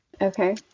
okay